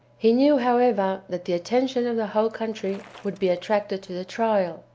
he knew, however, that the attention of the whole country would be attracted to the trial,